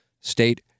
State